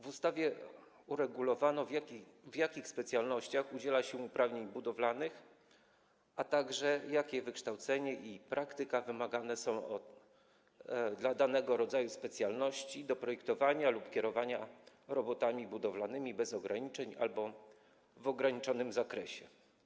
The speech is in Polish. W ustawie uregulowano, w jakich specjalnościach udziela się uprawnień budowlanych, a także jakie wykształcenie i praktyka wymagane są dla danego rodzaju specjalności do projektowania lub kierowania robotami budowlanymi bez ograniczeń albo w ograniczonym zakresie.